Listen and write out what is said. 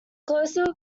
closer